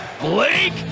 Blake